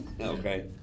okay